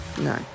No